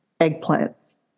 eggplants